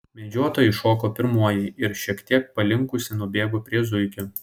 medžiotoja iššoko pirmoji ir šiek tiek palinkusi nubėgo prie zuikio